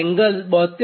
11 72